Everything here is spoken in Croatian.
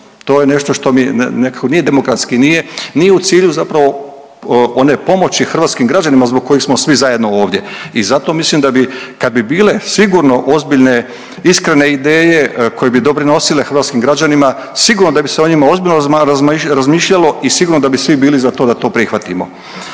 to je nešto što mi nekako nije demokratski, nije, nije u cilju zapravo one pomoći hrvatskim građanima zbog kojih smo svi zajedno ovdje i zato mislim da bi kad bi bile sigurno ozbiljne i iskrene ideje koje bi doprinosile hrvatskim građanima sigurno da bi se o njima ozbiljno razmišljalo i sigurno da bi svi bili za to da to prihvatimo.